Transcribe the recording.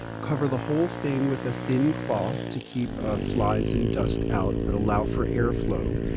cover the whole thing with a thin cloth to keep ah flies and dust out, but allow for airflow.